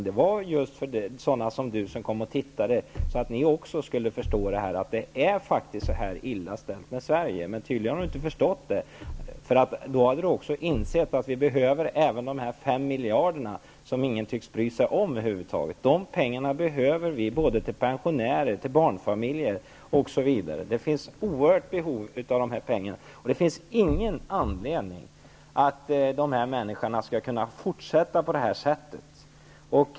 Det var till för att sådana som Bengt Wittbom också skulle förstå att det faktiskt är så illa ställt med Sverige. Det har tydligen inte Bengt Wittbom förstått. Då hade han insett att vi behöver dessa 5 miljarder, som ingen över huvud taget tycks bry sig om. De pengarna behöver vi till pensioner, till barnfamiljer osv. Det finns ett oerhört stort behov av dessa pengar. Det finns ingen anledning att dessa människor skall kunna fortsätta på detta sätt.